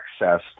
accessed